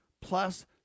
plus